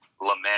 lament